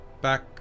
back